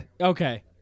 okay